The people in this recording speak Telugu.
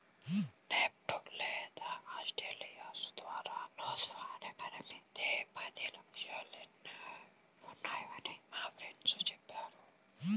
నెఫ్ట్ లేదా ఆర్టీజీయస్ ద్వారా రోజువారీ పరిమితి పది లక్షలేనని మా ఫ్రెండు చెప్పాడు